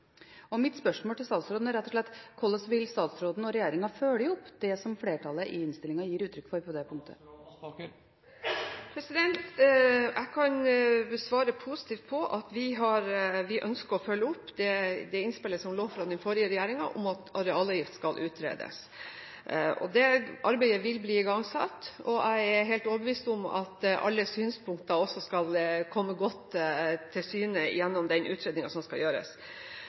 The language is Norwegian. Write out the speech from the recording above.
Og mitt spørsmål til statsråden er rett og slett: Hvordan vil statsråden og regjeringen følge opp det som flertallet i innstillingen gir uttrykk for på dette området? Jeg kan svare positivt på at vi ønsker å følge opp det innspillet som lå fra den forrige regjeringen, om at arealavgift skal utredes. Det arbeidet vil bli igangsatt, og jeg er helt overbevist om at alle synspunkter vil komme godt til syne gjennom den utredningen som skal gjøres.